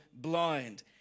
blind